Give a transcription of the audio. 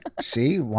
See